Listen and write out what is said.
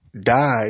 died